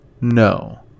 No